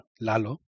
Lalo